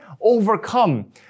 overcome